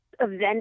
event